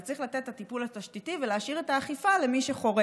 אתה צריך לתת את הטיפול התשתיתי ולהשאיר את האכיפה למי שחורג.